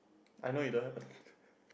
I know you don't have